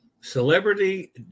Celebrity